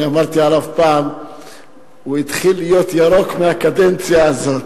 אמרתי עליו פעם שהוא התחיל להיות ירוק מהקדנציה הזאת.